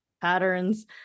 patterns